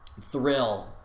thrill